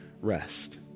rest